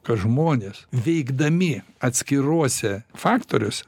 kad žmonės veikdami atskiruose faktoriuose